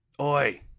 Oi